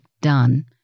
done